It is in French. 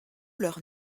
leurs